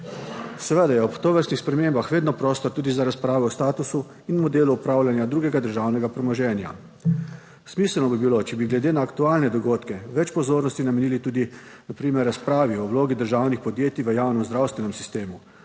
Seveda je ob tovrstnih spremembah vedno prostor tudi za razpravo o statusu in modelu upravljanja drugega državnega premoženja. Smiselno bi bilo, če bi glede na aktualne dogodke več pozornosti namenili tudi na primer razpravi o vlogi državnih podjetij v javnem zdravstvenem sistemu.